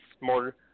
more